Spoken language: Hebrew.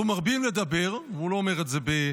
אנחנו מרבים לדבר, והוא לא אומר את זה בביקורת,